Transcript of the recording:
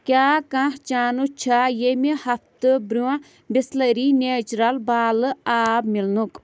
کیٛاہ کانٛہہ چانٕس چھا ییٚمہِ ہفتہٕ برٛونٛہہ بِسلٔری نیچرَل بالہٕ آب مِلنُک